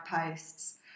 posts